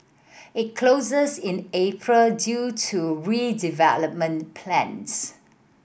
it closes in April due to redevelopment plans